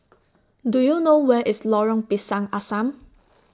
Do YOU know Where IS Lorong Pisang Asam